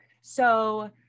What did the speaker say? So-